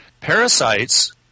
Parasites